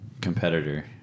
competitor